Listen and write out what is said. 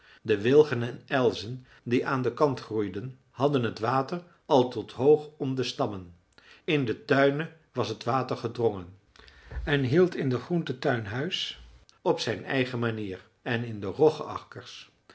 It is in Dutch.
de wilgen en elzen die aan den kant groeiden hadden het water al tot hoog om de stammen in de tuinen was het water gedrongen en hield in den groentetuin huis op zijn eigen manier en in de